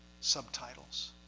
subtitles